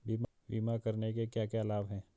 बीमा करने के क्या क्या लाभ हैं?